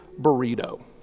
burrito